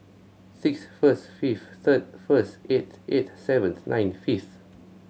six first fifth third first eighth eight seventh nine fifth